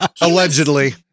Allegedly